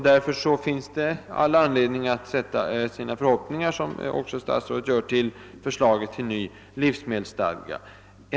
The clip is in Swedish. Därför finns det all anledning att hoppas — vil ket även statsrådet gör — att förslaget till ny livsmedelsstadga kan förbättra konsumentskyddet.